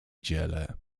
dziele